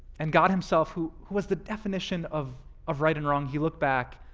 and god himself, who who was the definition of of right and wrong, he looked back